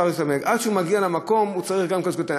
עד שהוא מגיע למקום, הוא צריך גם כוס קטנה.